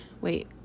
wait